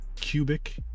cubic